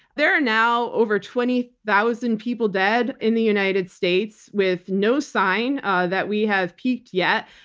there are now over twenty thousand people dead in the united states with no sign that we have peaked yet.